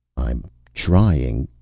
i'm trying.